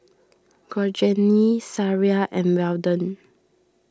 Georgene Sariah and Weldon